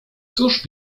cóż